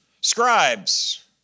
scribes